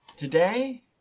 Today